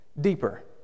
deeper